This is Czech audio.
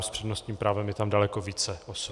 S přednostním právem je tam daleko více osob.